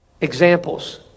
examples